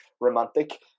romantic